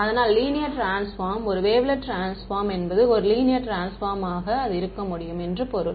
அதனால் linear transform ஒரு wavelet transform என்பது ஒரு லீனியர் ட்ரான்ஸ்பார்ம் ஆக அது இருக்க முடியும் என்று பொருள்